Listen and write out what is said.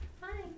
Hi